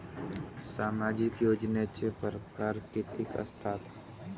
सामाजिक योजनेचे परकार कितीक असतात?